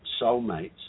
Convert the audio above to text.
soulmates